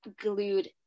glued